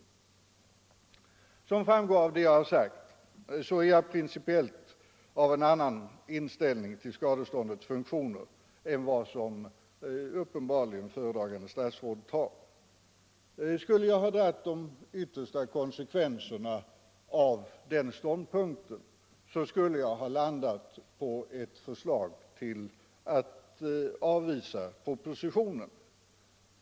Såsom framgår av det jag har sagt har jag principiellt en annan inställning till skadeståndets funktioner än vad föredragande statsrådet uppenbarligen har. Skulle jag ha dragit de yttersta konsekvenserna av de ståndpunkterna, skulle jag ha landat på ett förslag om att avvisa propositionen.